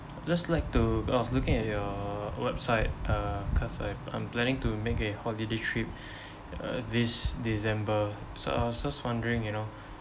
just like to I was looking at your website uh cause I I'm planning to make a holiday trip uh this december so I was just wondering you know